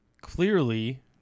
clearly